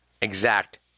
exact